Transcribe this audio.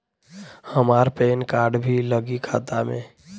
हमार PAN card भी लगी खाता में?